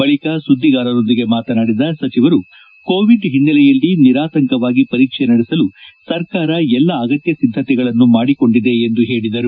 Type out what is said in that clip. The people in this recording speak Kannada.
ಬಳಕ ಸುದ್ದಿಗಾರರೊಂದಿಗೆ ಮಾತನಾಡಿದ ಸಚಿವರುಕೋವಿಡ್ ಹಿನ್ನೆಲೆಯಲ್ಲಿ ನಿರಾತಂಕವಾಗಿ ಪರೀಕ್ಷೆ ನಡೆಸಲು ಸರಕಾರ ಎಲ್ಲ ಆಗತ್ಯ ಸಿದ್ದತೆಗಳನ್ನು ಮಾಡಿಕೊಂಡಿದೆ ಎಂದು ಹೇಳಿದರು